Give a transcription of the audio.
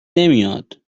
نمیاد